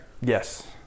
Yes